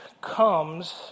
comes